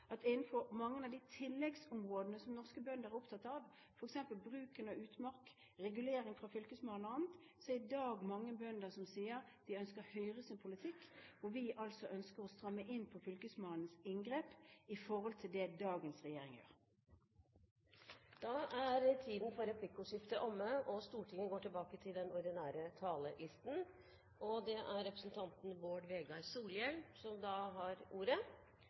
at innenfor mange av de tilleggsområdene som norske bønder er opptatt av – f.eks. bruken av utmark, regulering fra fylkesmannen og annet – er det i dag mange bønder som sier at de ønsker Høyres politikk. Vi ønsker altså å stramme inn på fylkesmannens inngrep i forhold til det dagens regjering gjør. Replikkordskiftet er omme. Relativt små forskjellar kom aldri av seg sjølve, det kom av politisk kamp og